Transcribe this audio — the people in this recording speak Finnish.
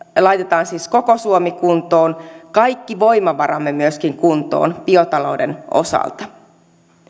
laitetaan siis koko suomi kuntoon kaikki voimavaramme myöskin kuntoon biotalouden osalta